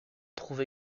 trouve